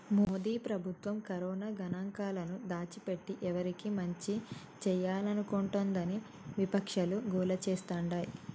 మోదీ ప్రభుత్వం కరోనా గణాంకాలను దాచిపెట్టి ఎవరికి మంచి చేయాలనుకుంటోందని విపక్షాలు గోల చేస్తాండాయి